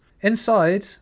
Inside